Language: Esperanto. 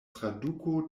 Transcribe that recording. traduko